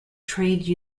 trade